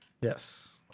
Yes